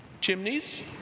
chimneys